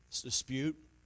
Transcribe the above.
dispute